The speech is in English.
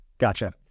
Gotcha